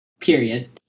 period